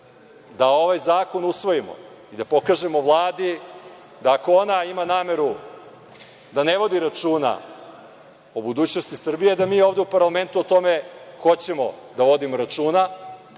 da ovaj zakon usvojimo i da pokažemo Vladi da ako ona ima nameru da ne vodi računa o budućnosti Srbije, a da mi ovde u parlamentu o tome hoćemo da vodimo računa,